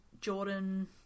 Jordan